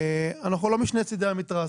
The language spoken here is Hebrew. אנחנו לא משני צידי המתרס.